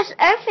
Earth